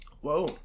Whoa